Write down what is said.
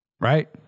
Right